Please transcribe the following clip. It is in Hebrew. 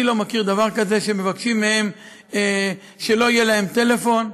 אני לא מכיר דבר כזה שמבקשים מהם שלא יהיה להם טלפון.